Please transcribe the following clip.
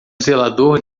zelador